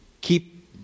keep